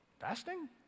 fasting